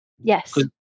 Yes